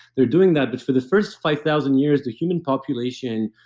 they're doing that, but for the first five thousand years, the human population